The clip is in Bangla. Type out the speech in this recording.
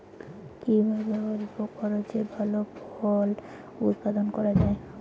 কিভাবে স্বল্প খরচে ভালো ফল উৎপাদন করা যায়?